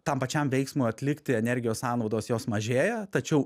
tam pačiam veiksmui atlikti energijos sąnaudos jos mažėja tačiau